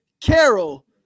Carol